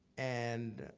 and